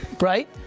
right